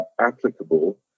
applicable